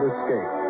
Escape